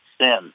sin